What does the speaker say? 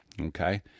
Okay